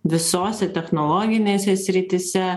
visose technologinėse srityse